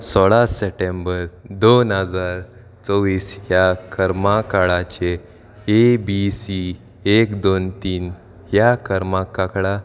सोळा सप्टेंबर दोन हजार चोवीस ह्या कर्मा काळाचे ए बी सी एक दोन तीन ह्या कर्मा काकडा